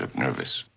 ah nervous.